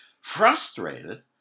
frustrated